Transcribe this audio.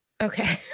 Okay